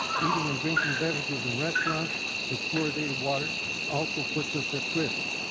eating and drinking beverages in restaurants with fluoridated water also puts us at risk.